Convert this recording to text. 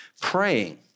praying